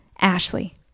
Ashley